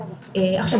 עכשיו,